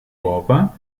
uova